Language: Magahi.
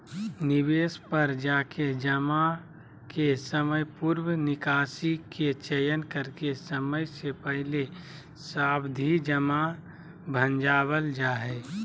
निवेश पर जाके जमा के समयपूर्व निकासी के चयन करके समय से पहले सावधि जमा भंजावल जा हय